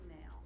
now